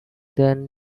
then